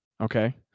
Okay